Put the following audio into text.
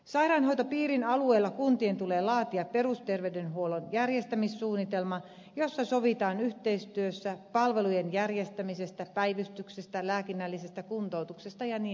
sairaanhoitopiirin alueella kuntien tulee laatia perusterveydenhuollon järjestämissuunnitelma jossa sovitaan yhteistyössä palvelujen järjestämisestä päivystyksestä lääkinnällisestä kuntoutuksesta ja niin edelleen